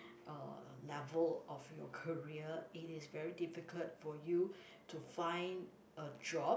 uh level of your career it is very difficult for you to find a job